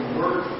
work